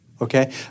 Okay